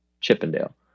Chippendale